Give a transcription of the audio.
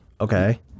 Okay